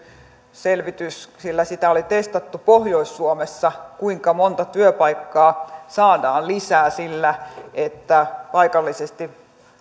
selvitys sitä oli testattu pohjois suomessa kuinka monta työpaikkaa saadaan lisää sillä että paikallisesti